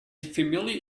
familiar